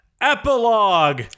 epilogue